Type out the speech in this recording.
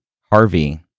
Harvey